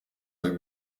are